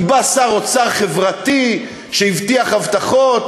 כי בא שר אוצר חברתי שהבטיח הבטחות.